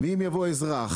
ואם יבוא אזרח,